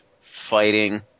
fighting